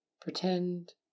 Pretend